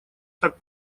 так